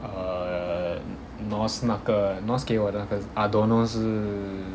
err noz 那个 noz 给我那个 adono 是